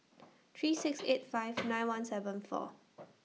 three six eight five nine one seven four